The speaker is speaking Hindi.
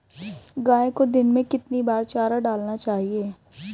गाय को दिन में कितनी बार चारा डालना चाहिए?